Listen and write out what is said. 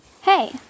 Hey